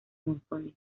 monzones